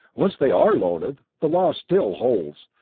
once they are loaded, the law still holds,